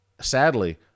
sadly